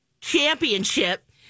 championship